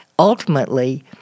Ultimately